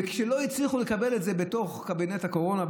כשלא הצליחו לקבל את זה בתוך קבינט הקורונה,